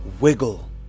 wiggle